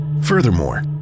Furthermore